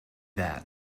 that